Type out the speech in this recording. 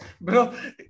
Bro